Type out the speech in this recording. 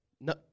No